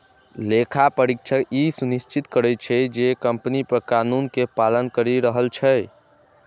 लेखा परीक्षक ई सुनिश्चित करै छै, जे कंपनी कर कानून के पालन करि रहल छै